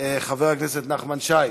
חבר הכנסת נחמן שי,